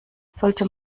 sollte